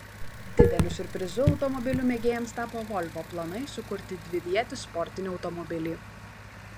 dideliu siurprizu automobilių mėgėjams tapo volvo planai sukurti dvivietį sportinį automobilį